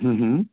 ਹਮ ਹਮ